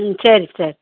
ம் சரி சரி